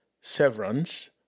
Severance